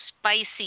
spicy